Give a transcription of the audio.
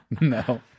No